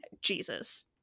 Jesus